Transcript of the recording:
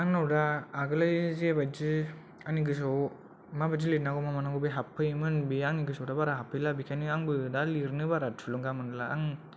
आंनाव दा आगोलाव जेबादि आंनि गोसोयाव माबादि लिरनांगौ मा मानांगौ बे हाबफैयोमोन बियो आंनि गोसोयाव दा बारा हाबफैला बेखायनो दा आंबो दा लिरनो बारा थुलुंगा मोनला आं